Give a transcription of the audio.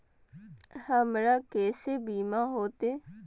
हमरा केसे बीमा होते?